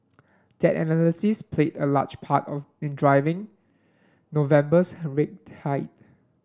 that analysis played a large part of in driving November's rate hike